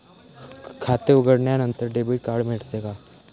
खाते उघडल्यानंतर debit card मिळते का?